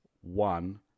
one